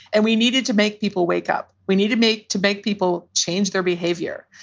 and we needed to make people wake up. we need to make to make people change their behavior.